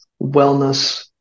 wellness